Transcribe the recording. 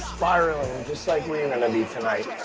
spiraling just like we're gonna be tonight.